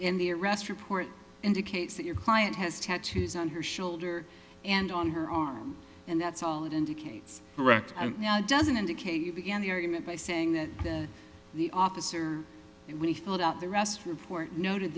arrest report indicates that your client has tattoos on her shoulder and on her arm and that's all it indicates correct and doesn't indicate you begin the argument by saying that the officer when he filled out the rest report noted